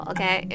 Okay